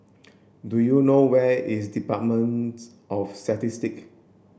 do you know where is Departments of Statistic